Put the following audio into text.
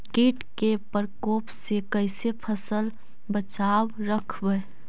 कीट के परकोप से कैसे फसल बचाब रखबय?